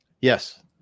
Yes